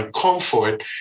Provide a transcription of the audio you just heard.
comfort